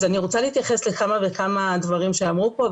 אני רוצה להתייחס לכמה וכמה דברים שאמרו פה,